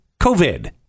COVID